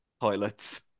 toilets